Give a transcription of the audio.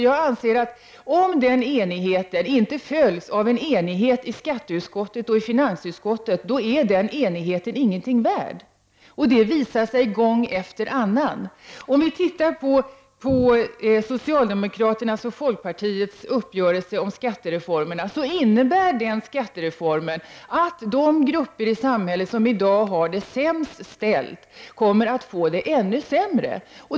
Jag anser att om den enigheten inte följs av en enighet i skatteutskottet och i finansutskottet, då är den enigheten ingenting värd. Det visar sig gång efter annan. Om vi tittar på socialdemokraternas och folkpartiets uppgörelse om skattereformen, finner vi att skattereformen innebär att de grupper i samhället som i dag har det sämst ställt kommer att få det ännu sämre.